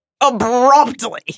Abruptly